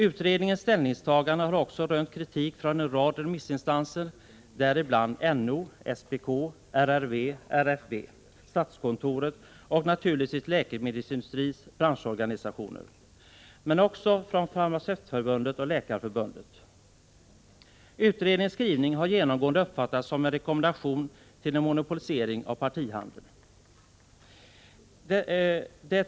Utredningens ställningstagande har också rönt kritik från en rad remissinstanser, däribland NO, SPK, RRV, RFV, statskontoret och naturligtvis från läkemedelsindustrins branschorganisationer, men också från Farmaceutförbundet och Läkarförbundet. Utredningens skrivning har genomgående uppfattats som en rekommendation till en monopolisering av partihandeln.